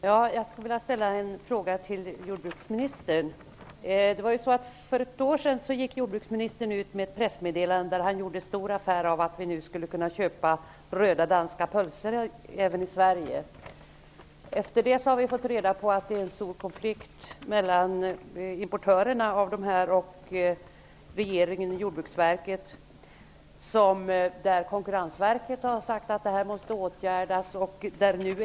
Herr talman! Jag vill ställa en fråga till jordbruksministern. För ett år sedan gick jordbruksministern ut med ett pressmeddelande där han gjorde stor affär av att man nu skulle kunna köpa röda danska pölser även i Sverige. Efter detta har vi fått reda på att det är en stor konflikt mellan importörerna av korvarna och Jordbruksverket. Enligt Konkurrensverket måste detta åtgärdas.